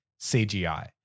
CGI